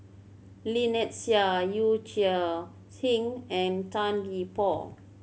Lynnette Seah Yee Chia Hsing and Tan Gee Paw